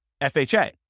FHA